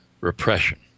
repression